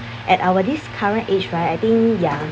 at our this current age right I think ya